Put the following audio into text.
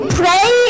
pray